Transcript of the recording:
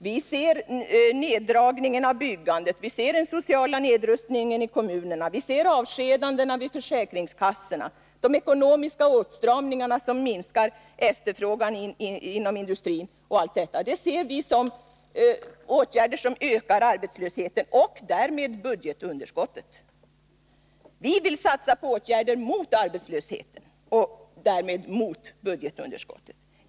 Vi ser nerdragningen av byggandet, vi ser den sociala nedrustningen i kommunerna, vi ser avskedandena vid försäkringskassorna, de ekonomiska åtstramningar som minskar efterfrågan inom industrin osv. Detta betraktar vi som åtgärder som ökar arbetslösheten och därmed budgetunderskottet. Vi vill satsa på åtgärder mot arbetslösheten och därmed mot budgetunderskottet.